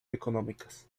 económicas